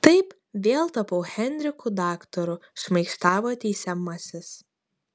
taip vėl tapau henriku daktaru šmaikštavo teisiamasis